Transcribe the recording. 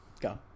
Go